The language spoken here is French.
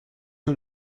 que